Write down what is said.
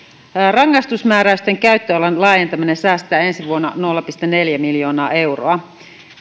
rangaistusmääräysten käyttöalan laajentaminen säästää ensi vuonna nolla pilkku neljä miljoonaa euroa